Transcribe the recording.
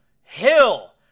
Hill